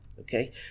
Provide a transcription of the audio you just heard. okay